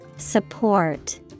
Support